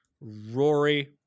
Rory